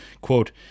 Quote